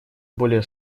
более